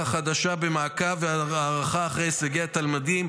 החדשה" במעקב הערכה אחר הישגי התלמידים,